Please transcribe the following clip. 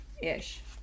Ish